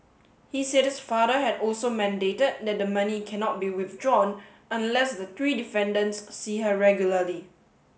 he said his father had also mandated that the money cannot be withdrawn unless the three defendants see her regularly